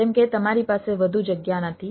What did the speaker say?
જેમ કે તમારી પાસે વધુ જગ્યા નથી